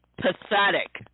pathetic